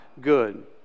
good